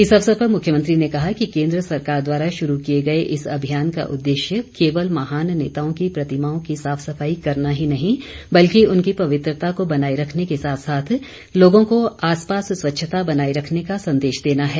इस अवसर पर मुख्यमंत्री ने कहा कि केन्द्र सरकार द्वारा शुरू किए गए इस अभियान का उद्देश्य केवल महान नेताओं की प्रतिमाओं की साफ सफाई करना ही नहीं बल्कि उनकी पवित्रता को बनाए रखने के साथ साथ लोगों को आसपास स्वच्छता बनाए रखने का संदेश देना है